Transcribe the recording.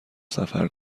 سفر